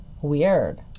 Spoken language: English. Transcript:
Weird